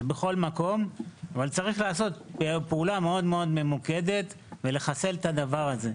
אבל צריך לעשות פעולה מאוד ממוקדת ולחסל את הדבר הזה.